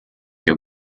your